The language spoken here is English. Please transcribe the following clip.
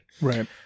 Right